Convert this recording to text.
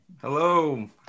Hello